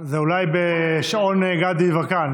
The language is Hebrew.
זה אולי בשעון גדי יברקן.